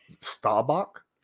Starbuck